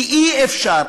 כי אי-אפשר,